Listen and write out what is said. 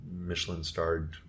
michelin-starred